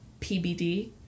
PBD